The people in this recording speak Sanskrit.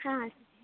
हा